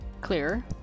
Clear